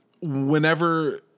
whenever